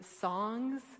songs